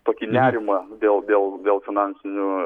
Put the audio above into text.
tokį nerimą dėl dėl dėl finansinių